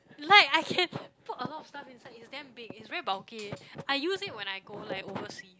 like I can put a lot of stuff inside is damn big is very bulky I use it when I go like oversea